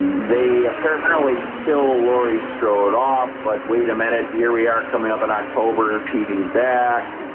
they apparently kill laurie strode off, but wait a minute here. we are coming up in october. he's back